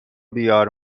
بیار